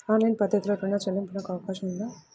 Online పద్ధతిలో రుణ చెల్లింపునకు అవకాశం ఉందా?